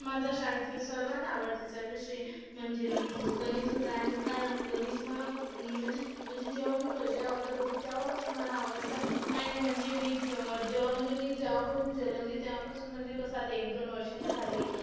माझा शाळेतील सर्वात आवडता विषय म्हणजे गणित होता आणि कारण गणित मला म्हणजे म्हणजे जेव्हा मी पहिल्या वर्गात होते तेव्हापासून मला आवडायचा आणि म्हणजे मी जेव्हा म्हणजे मी जेव्हापासून जन्मले तेव्हापासून म्हणजे कसं आता एक दोन वर्षाची झाले